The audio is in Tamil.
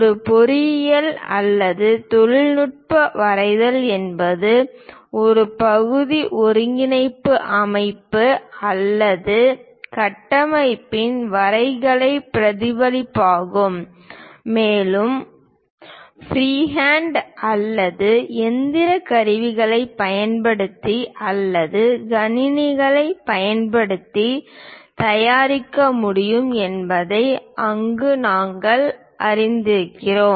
ஒரு பொறியியல் அல்லது தொழில்நுட்ப வரைதல் என்பது ஒரு பகுதி ஒருங்கிணைப்பு அமைப்பு அல்லது கட்டமைப்பின் வரைகலைப் பிரதிபலிப்பாகும் மேலும் ஃப்ரீஹேண்ட் அல்லது இயந்திர கருவிகளைப் பயன்படுத்தி அல்லது கணினிகளைப் பயன்படுத்தி தயாரிக்க முடியும் என்பதை அங்கு நாங்கள் அறிந்திருக்கிறோம்